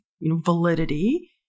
validity